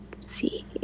see